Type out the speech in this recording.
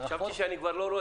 חשבתי שאני כבר לא רואה,